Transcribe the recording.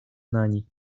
nań